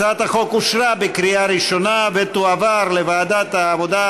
הצעת החוק אושרה בקריאה ראשונה ותועבר לוועדת העבודה,